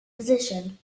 position